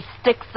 sticks